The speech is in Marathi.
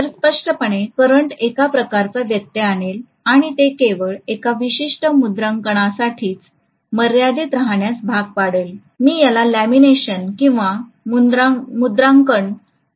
तर स्पष्टपणे करंट एक प्रकारचा व्यत्यय आणेल आणि ते केवळ एका विशिष्ट मुद्रांकनासाठीच मर्यादित राहण्यास भाग पाडले जाईल मी याला लॅमिनेशन किंवा मुद्रांकन म्हणून संबोधू शकते